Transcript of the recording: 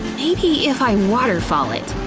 maybe if i waterfall it,